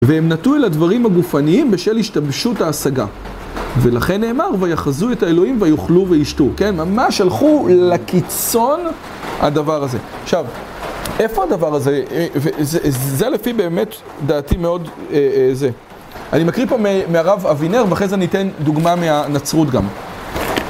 והם נטו אל הדברים הגופניים בשל השתבשות ההשגה ולכן נאמר, ויחזו את האלוהים ויאכלו ויישתו. כן? ממש הלכו לקיצון הדבר הזה עכשיו, איפה הדבר הזה? זה לפי באמת דעתי מאוד זה. אני מקריא פה מהרב אבינר ואחרי זה אני אתן דוגמה מהנצרות גם